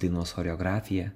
dainos choreografiją